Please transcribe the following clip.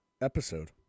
episode